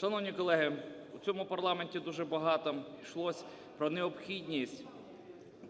Шановні колеги, в цьому парламенті дуже багато йшлось про необхідність